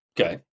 Okay